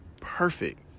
perfect